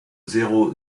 zéro